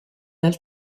dal